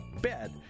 bed